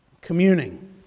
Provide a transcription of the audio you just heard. communing